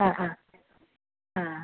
ആ ആ ആ